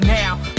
now